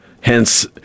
hence